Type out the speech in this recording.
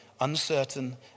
uncertain